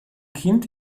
kind